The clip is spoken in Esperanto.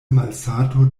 malsato